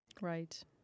Right